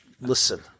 listen